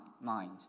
mind